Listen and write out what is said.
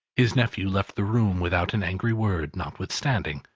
his nephew left the room without an angry word, notwithstanding.